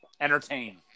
Entertain